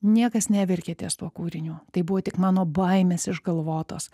niekas neverkia ties tuo kūriniu tai buvo tik mano baimės išgalvotos